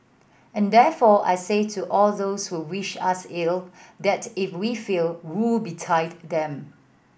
and therefore I say to all those who wish us ill that if we fail woe betide them